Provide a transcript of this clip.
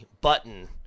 button